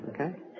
Okay